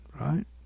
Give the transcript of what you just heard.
right